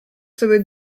sobie